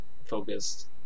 focused